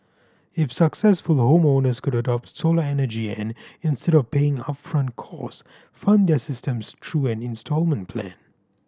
if successful homeowners could adopt solar energy and instead of paying upfront cost fund their systems through an instalment plan